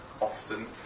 often